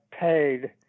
paid